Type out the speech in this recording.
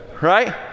right